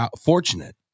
fortunate